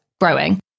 growing